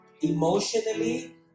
emotionally